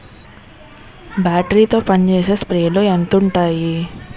Battery తో పనిచేసే స్ప్రేలు ఎంత ఉంటాయి?